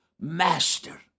master